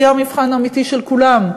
יהיה המבחן האמיתי של כולם,